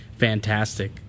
Fantastic